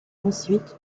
ensuite